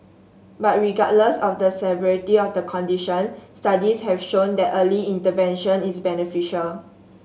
but regardless of the severity of the condition studies have shown that early intervention is beneficial